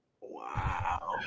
Wow